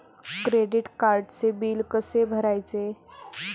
Credit कार्डचे bill कसे भरायचे?